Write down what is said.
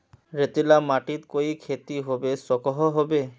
रेतीला माटित कोई खेती होबे सकोहो होबे?